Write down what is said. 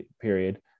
period